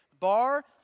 Bar